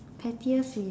pettiest me